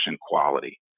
quality